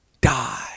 die